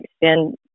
extend